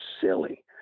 silly